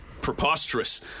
preposterous